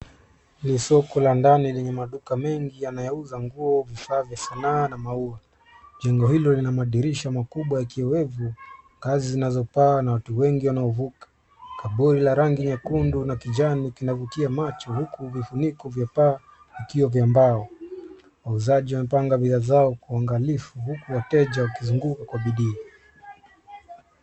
Ni soko la ndani lenye maduka mengi yanayouza nguo vifaa vya sanaa na maua. Jengo hilo lina madirisha makubwa ya kiwevu, kazi zinazopaa na watu wengi wanaovuka. Kaburi la rangi nyekundu na kijani kinavutia macho huku vifuniko vya paa vikiwa vya mbao. Wauzaji wamepanga bidhaa zao kwa uangalifu huku wateja wakizunguka kwa bidii.